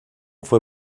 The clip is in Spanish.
fue